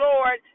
Lord